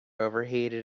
overheated